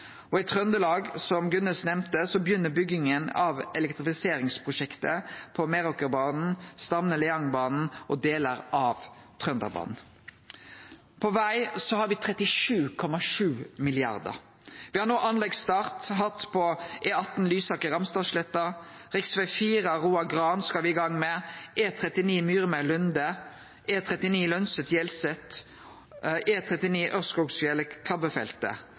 I Trøndelag, som Gunnes nemnde, begynner bygginga av elektrifiseringsprosjektet på Meråkerbanen, Stavne–Leangenbanen og delar av Trønderbanen. På veg har me 37,7 mrd. kr. Me har no hatt anleggsstart på E18 Lysaker–Ramstadsletta, rv. 4 Roa–Gran skal me i gang med,